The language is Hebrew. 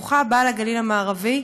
ברוכה הבאה לגליל המערבי.